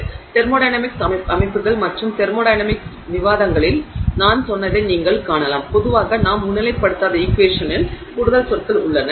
எனவே தெர்மோடையனமிக்ஸ் அமைப்புகள் மற்றும் தெர்மோடையனமிக்ஸ் விவாதங்களில் நான் சொன்னதை நீங்கள் காணலாம் பொதுவாக நாம் முன்னிலைப்படுத்தாத ஈக்வேஷனில் கூடுதல் சொற்கள் உள்ளன